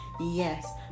Yes